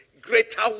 greater